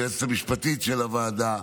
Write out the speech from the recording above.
היועצת המשפטית של הוועדה,